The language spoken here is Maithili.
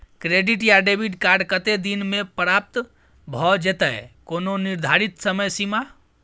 क्रेडिट या डेबिट कार्ड कत्ते दिन म प्राप्त भ जेतै, कोनो निर्धारित समय सीमा?